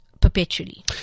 perpetually